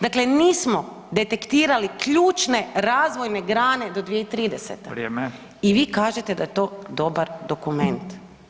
Dakle, nismo detektirali ključne, razvojne grane do 2030 [[Upadica: Vrijeme.]] i vi kažete da je to dobar dokument.